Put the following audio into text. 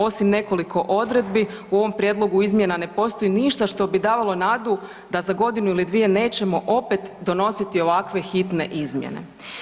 Osim nekoliko odredbi u ovom prijedlogu izmjena ne postoji ništa što bi davalo nadu da za godinu ili dvije nećemo opet donositi ovakve hitne izmjene.